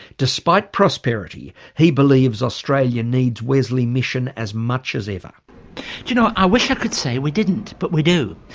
despite prosperity he believes australia needs wesley mission as much as ever. do you know i wish i could say we didn't? but we do.